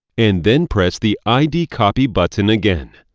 and then press the id copy button again.